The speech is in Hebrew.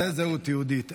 זה זהות יהודית.